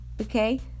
Okay